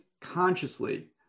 consciously